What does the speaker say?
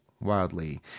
wildly